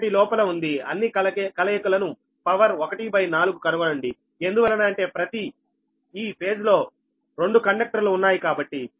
ఒకటి లోపల ఉంది అన్ని కలయికలను పవర్ 1 బై 4 కనుగొనండి ఎందువలన అంటే ప్రతి ఈ పేజ్ లో రెండు కండక్టర్ లు ఉన్నాయి కాబట్టి